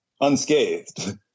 unscathed